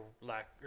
lack